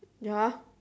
ya